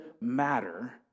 matter